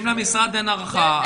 אם למשרד אין ההערכה,